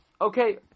Okay